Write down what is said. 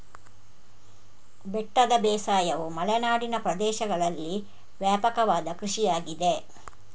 ಬೆಟ್ಟದ ಬೇಸಾಯವು ಮಲೆನಾಡಿನ ಪ್ರದೇಶಗಳಲ್ಲಿ ವ್ಯಾಪಕವಾದ ಕೃಷಿಯಾಗಿದೆ